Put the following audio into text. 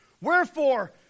Wherefore